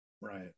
Right